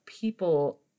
people